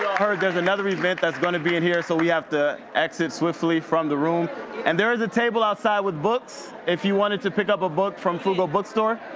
heard there's another event that's gonna be in here so we have to exit swiftly from the room and there is a table outside with books if you wanted to pick up a book from frugal bookstore,